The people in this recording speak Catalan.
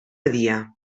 dia